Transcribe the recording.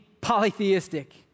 polytheistic